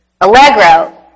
Allegro